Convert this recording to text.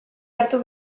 hartu